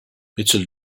mitchell